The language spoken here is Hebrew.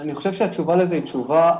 אני חושב שהתשובה לזה היא מורכבת.